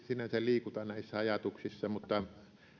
sinänsä liikuta näissä ajatuksissa mutta